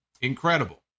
Incredible